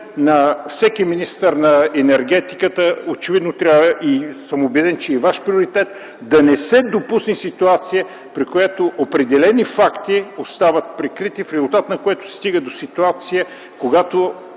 на всеки министър на енергетиката, убеден съм, че е и Ваш приоритет, да не се допусне ситуация, при която определени факти остават прикрити, в резултат на което се стига до ситуация, когато